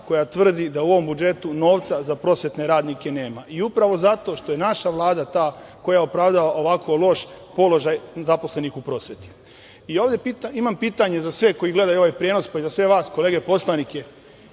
koja tvrdi da u ovom budžetu novca za prosvetne radnike nema i upravo zato što je naša Vlada ta koja opravdava ovako loš položaj zaposlenih u prosveti. Imam pitanje za sve koji gledaju ovaj prenos, pa i za sve vas kolege poslanike.